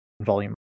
volume